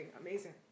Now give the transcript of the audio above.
Amazing